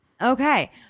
Okay